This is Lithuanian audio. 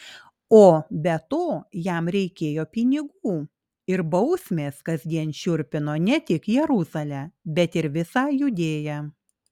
o be to jam reikėjo pinigų ir bausmės kasdien šiurpino ne tik jeruzalę bet ir visą judėją